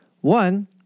One